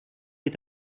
est